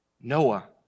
Noah